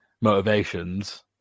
motivations